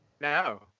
No